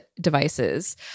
devices